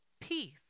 peace